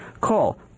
Call